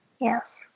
Yes